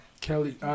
Kelly